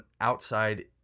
outside